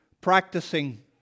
practicing